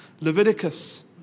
Leviticus